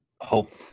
hope